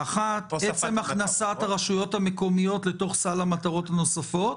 האחת עצם הכנסת הרשויות המקומיות לתוך סל המטרות הנוספות,